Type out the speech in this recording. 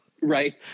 right